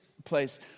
Place